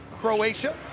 Croatia